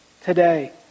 today